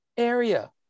area